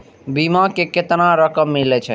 बीमा में केतना रकम मिले छै?